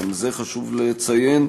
גם זה חשוב לציין,